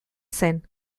zen